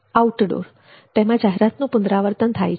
outdoor તેમાં જાહેરાતનું પુનરાવર્તન થાય છે